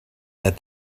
that